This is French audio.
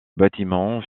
bâtiments